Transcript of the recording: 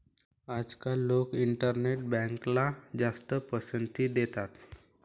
आजकाल लोक इंटरनेट बँकला जास्त पसंती देतात